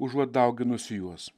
užuot dauginusi juos